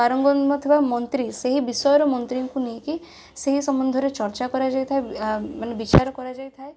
ପାରଙ୍ଗମ ନ ଥିବା ମନ୍ତ୍ରୀ ସେହି ବିଷୟରେ ମନ୍ତ୍ରୀଙ୍କୁ ନେଇକି ସେହି ସମ୍ଭନ୍ଧରେ ଚର୍ଚ୍ଚା କରାଯାଇଥାଏ ଆ ମାନେ ବିଚାର କରାଯାଇଥାଏ